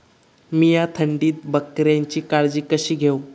मीया थंडीत बकऱ्यांची काळजी कशी घेव?